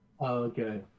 Okay